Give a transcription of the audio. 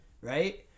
right